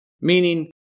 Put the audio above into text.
meaning